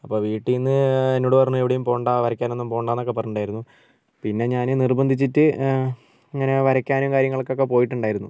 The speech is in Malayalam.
അപ്പോൾ വീട്ടീന്ന് എന്നോട് പറഞ്ഞു എവിടെയും പോകണ്ട വരയ്ക്കാനൊന്നും പോകണ്ടാന്നൊക്കെ പറഞ്ഞിട്ടുണ്ടായിരുന്നു പിന്നെ ഞാൻ നിർബന്ധിച്ചിട്ട് അങ്ങനെ വരയ്ക്കാനും കാര്യങ്ങൾക്കൊക്കെ പോയിട്ടുണ്ടായിരുന്നു